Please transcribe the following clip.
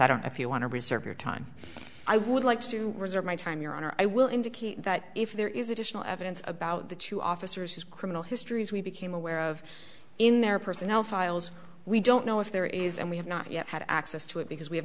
i don't know if you want to reserve your time i would like to reserve my time your honor i will indicate that if there is additional evidence about the two officers criminal histories we became aware of in their personnel files we don't know if there is and we have not yet had access to it because we have